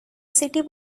city